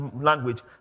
language